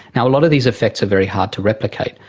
and a lot of these effects are very hard to replicate,